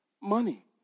money